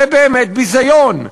זה באמת ביזיון.